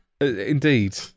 indeed